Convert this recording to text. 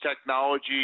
technology